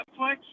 Netflix